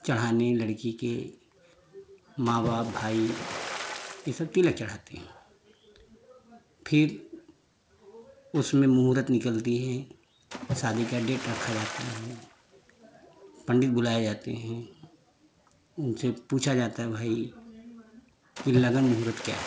चढ़ाने लड़की के माँ बाप भाई ये सब तिलक चढ़ाते हैं फिर उसमें मुहूर्त निकलती हैं शादी का डेट रखा जाता है पंडित बुलाए जाते हैं उनसे पूछा जाता है भाई कि लगन मुहूर्त क्या है